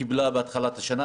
שקיבלה בהתחלת השנה.